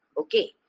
Okay